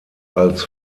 als